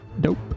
dope